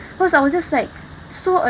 cause I was just like so